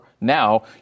now